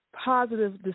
positive